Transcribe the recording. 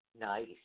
Nice